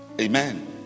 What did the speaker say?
Amen